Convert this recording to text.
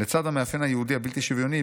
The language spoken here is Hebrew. לצד המאפיין היהודי הבלתי-שוויוני,